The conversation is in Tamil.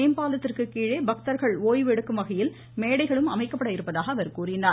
மேம்பாலத்திற்கு கீழே பக்தர்கள் ஓய்வு எடுக்கும் வகையில் மேடைகளும் அமைக்கப்பட இருப்பதாக கூறினார்